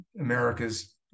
America's